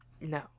No